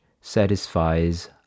satisfies